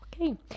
Okay